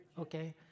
okay